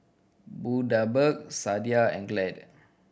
Bundaberg Sadia and Glade